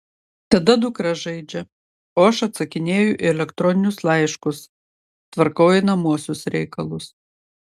tada dukra žaidžia o aš atsakinėju į elektroninius laiškus tvarkau einamuosius reikalus